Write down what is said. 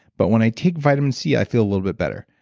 but when i take vitamin c i feel a little bit better.